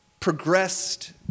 progressed